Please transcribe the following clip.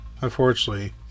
Unfortunately